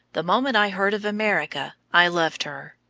the moment i heard of america i loved her.